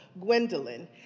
Gwendolyn